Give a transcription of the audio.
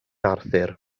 arthur